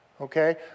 okay